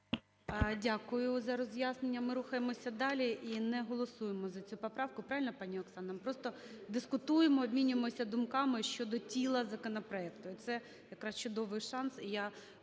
Дякую за роз'яснення. Ми рухаємося далі і не голосуємо за цю поправку, правильно, пані Оксана? Ми просто дискутуємо, обмінюємося думками щодо тіла законопроекту, це якраз чудовий шанс.